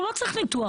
הוא לא צריך ניתוח,